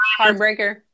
Heartbreaker